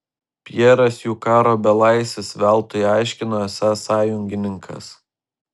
pjeras jų karo belaisvis veltui aiškino esąs sąjungininkas